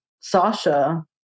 Sasha